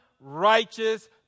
righteous